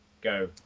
Go